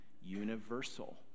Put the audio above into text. universal